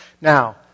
Now